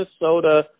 Minnesota